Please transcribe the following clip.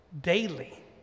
daily